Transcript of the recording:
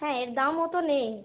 হ্যাঁ এর দাম অত নেই